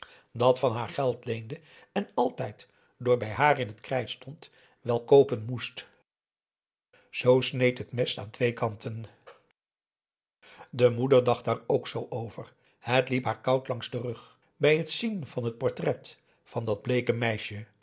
ps maurits haar geld leende en altijd door bij haar in het krijt stond wel koopen moest zoo sneed het mes van twee kanten de moeder dacht daar ook zoo over het liep haar koud langs den rug bij het zien van het portret van dat bleeke meisje